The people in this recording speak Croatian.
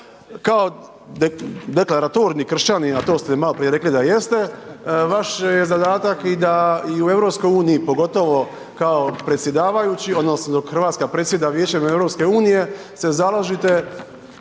kao deklaratorni kršćanin, a to ste maloprije rekli da jeste, vaš je zadatak da i u EU pogotovo kao predsjedavajući odnosno